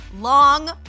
long